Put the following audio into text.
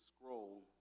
scroll